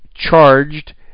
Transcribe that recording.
Charged